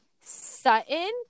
Sutton